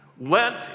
Lent